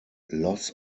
loss